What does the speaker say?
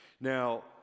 Now